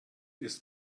ist